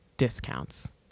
Discounts